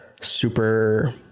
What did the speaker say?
super